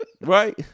Right